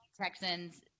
Texans